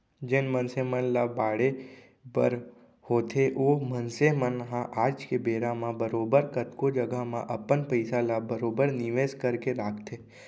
जेन मनसे मन ल बाढ़े बर होथे ओ मनसे मन ह आज के बेरा म बरोबर कतको जघा म अपन पइसा ल बरोबर निवेस करके राखथें